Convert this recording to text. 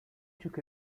took